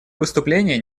выступление